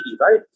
right